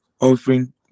offering